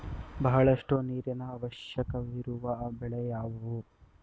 ಬಹಳಷ್ಟು ನೀರಿನ ಅವಶ್ಯಕವಿರುವ ಬೆಳೆ ಯಾವುವು?